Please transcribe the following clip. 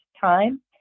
time